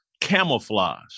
camouflage